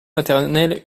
maternel